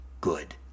good